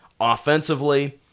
Offensively